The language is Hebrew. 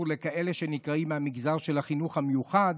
לכאלה שנקראים מהמגזר של החינוך המיוחד,